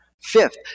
Fifth